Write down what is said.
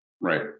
Right